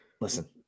listen